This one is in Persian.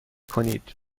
کنید